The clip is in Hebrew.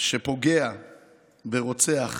שפוגע ורוצח